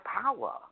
power